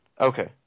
Okay